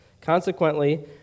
Consequently